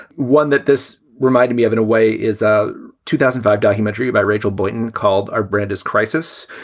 one that this reminded me of, in a way, is a a two thousand and five documentary about rachel boydton called our brand is crisis,